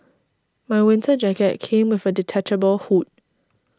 my winter jacket came with a detachable hood